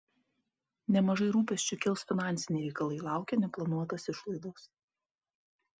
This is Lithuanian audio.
nemažai rūpesčių kels finansiniai reikalai laukia neplanuotos išlaidos